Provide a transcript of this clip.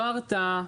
לא ההרתעה,